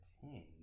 ten